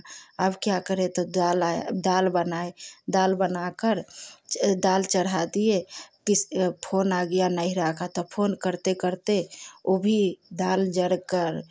अब क्या करे तो दाल आया आ दाल बनाए दाल बनाकर दाल चढ़ा दिए पिस फोन आ गया नैहरा का तो फोन करते करते वह भी दाल जल कर